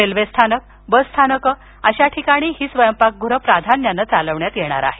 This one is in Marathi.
रेल्वे स्थानकं बस स्थानकं अशा ठिकाणी ही स्वयंपाकगृहे प्राधान्यानं चालविण्यात येणार आहेत